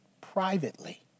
privately